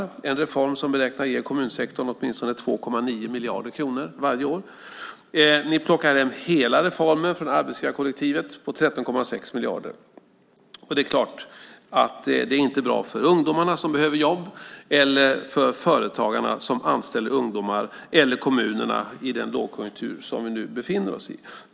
Det är en reform som beräknas ge kommunsektorn åtminstone 2,9 miljarder kronor varje år. Ni plockar hem hela reformen för arbetsgivarkollektivet på 13,6 miljarder. Det är inte bra för de ungdomar som behöver jobb, för företagarna som anställer ungdomar eller för kommunerna i den lågkonjunktur som vi befinner oss i.